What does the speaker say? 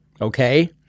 okay